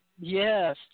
Yes